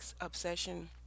obsession